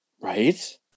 right